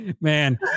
Man